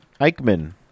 Eichmann